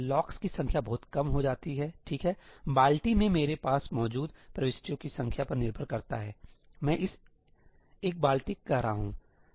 locks की संख्या बहुत कम हो जाती है ठीक है बाल्टी में मेरे पास मौजूद प्रविष्टियों की संख्या पर निर्भर करता है तो मैं इसे एक बाल्टी कह रहा हूं ठीक